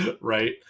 Right